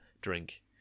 drink